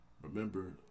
remember